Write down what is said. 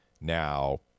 Now